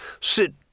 sit